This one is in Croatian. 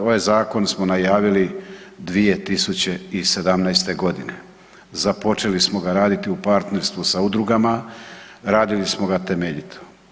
Ovaj zakon smo najavili 2017. g., započeli smo ga raditi u partnerstvu sa udrugama, radili smo ga temeljito.